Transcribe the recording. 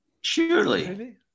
Surely